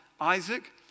Isaac